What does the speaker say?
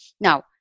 Now